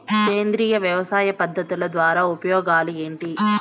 సేంద్రియ వ్యవసాయ పద్ధతుల ద్వారా ఉపయోగాలు ఏంటి?